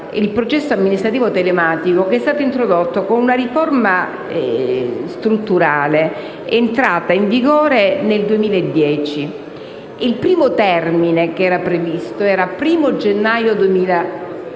il processo amministrativo telematico che è stato introdotto con una riforma strutturale entrata in vigore nel 2010. Il primo termine previsto era il 1° gennaio 2015,